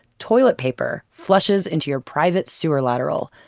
toilet paper flushes into your private sewer lateral.